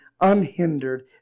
unhindered